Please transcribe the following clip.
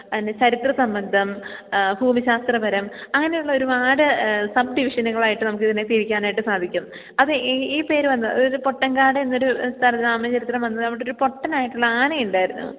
പിന്നെ ചരിത്ര സംബന്ധം ഭൂമിശാസ്ത്രപരം അങ്ങനെ ഉള്ള ഒരുപാട് സബ്ഡിവിഷനുകളായിട്ട് നമുക്കിതിനെ തിരിക്കാനായിട്ട് സാധിക്കും അതെ ഈ ഈ പേര് വന്ന് അതായത് പൊട്ടന്കാട് എന്നൊരു സ്ഥലനാമ ചരിത്രം വന്നത് അവിടൊരു പൊട്ടനായിട്ടുള്ള ആനയുണ്ടായിരുന്നു